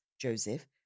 Joseph